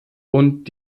und